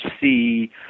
see